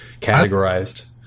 categorized